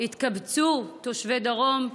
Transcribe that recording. התקבצו תושבי הדרום,